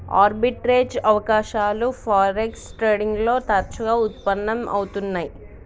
arbitrage అవకాశాలు forex trading లో తరచుగా వుత్పన్నం అవుతున్నై